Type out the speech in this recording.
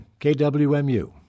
KWMU